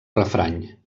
refrany